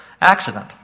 accident